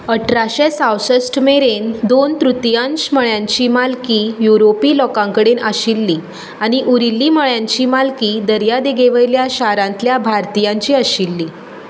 अठराशे सावसश्ट मेरेन दोन तृतियांश मळ्यांची मालकी युरोपी लोकां कडेन आशिल्ली आनी उरिल्ली मळ्यांची मालकी दर्यादेगेवयल्या शारांतल्या भारतीयांची आशिल्ली